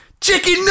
chicken